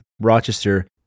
Rochester